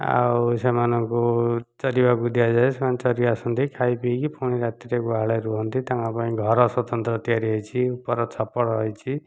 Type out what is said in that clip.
ଆଉ ସେମାନଙ୍କୁ ଚରିବାକୁ ଦିଆଯାଏ ସେମାନେ ଚରି ଆସନ୍ତି ଖାଇ ପିଇକି ପୁଣି ରାତିରେ ଗୁହାଳରେ ରୁହନ୍ତି ତାଙ୍କ ପାଇଁ ଘର ସ୍ୱତନ୍ତ୍ର ତିଆରି ହୋଇଛି ଉପର ଛପର ହୋଇଛି